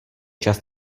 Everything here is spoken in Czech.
čas